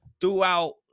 throughout